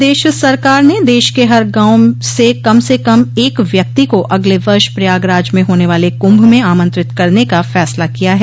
प्रदेश सरकार ने देश के हर गांव से कम से कम एक व्यक्ति को अगले वर्ष प्रयागराज में होने वाले कुंभ में आमंत्रित करने का फैसला किया है